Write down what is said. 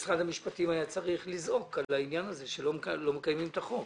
משרד המשפטים היה צריך לזעוק על העניין הזה שלא מקיימים את החוק.